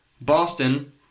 Boston